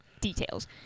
details